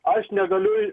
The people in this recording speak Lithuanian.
aš negaliu į